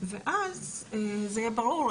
ואז זה יהיה ברור.